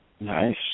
Nice